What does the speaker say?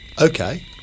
Okay